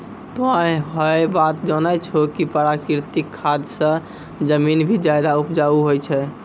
तोह है बात जानै छौ कि प्राकृतिक खाद स जमीन भी ज्यादा उपजाऊ होय छै